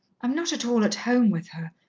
i'm not at all at home with her.